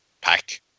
pack